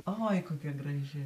oi kokia graži